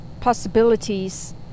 possibilities